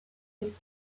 hit